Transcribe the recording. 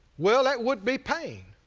well, that would be pain,